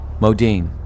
Modine